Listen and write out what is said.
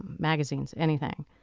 magazines, anything.